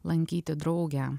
lankyti draugę